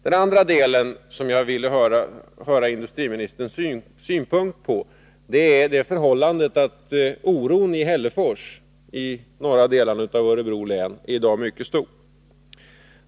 Den andra delen som jag ville höra industriministerns synpunkt på är det förhållandet, att oron i Hällefors i norra delen av Örebro län i dag är mycket stor.